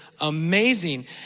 amazing